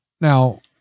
Now